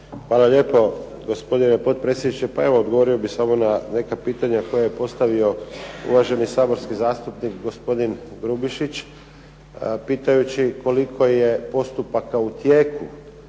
Hvala lijepo, gospodine potpredsjedniče. Pa evo odgovorio bih samo na neka pitanja koja je postavio uvaženi saborski zastupnik gospodin Grubišić, pitajući koliko je postupaka u tijeku?